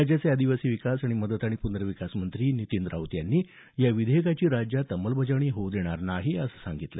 राज्याचे आदिवासी विकास आणि मदत आणि पुनर्विकास मंत्री नितीन राऊत यांनी या विधेयकाची अंमलबजावणी होऊ देणार नाही असं सांगितलं